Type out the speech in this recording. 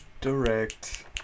Direct